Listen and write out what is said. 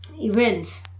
events